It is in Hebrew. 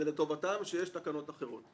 זה לטובתם שיש תקנות אחרות.